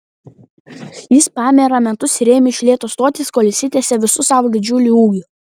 jis paėmė ramentus ir ėmė iš lėto stotis kol išsitiesė visu savo didžiuliu ūgiu